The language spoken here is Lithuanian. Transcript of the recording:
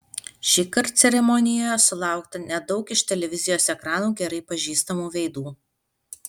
šįkart ceremonijoje sulaukta nedaug iš televizijos ekranų gerai pažįstamų veidų